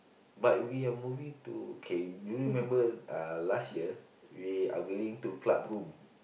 but we are moving to okay do you remember uh last year we are willing to club room